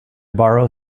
borrow